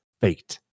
fate